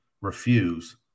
refuse